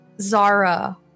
Zara